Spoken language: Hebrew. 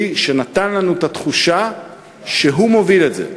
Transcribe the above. שנותן לנו את התחושה שהוא מוביל את זה.